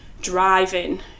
driving